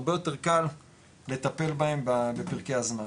הרבה יותר קל לטפל בהם בפרקי הזמן.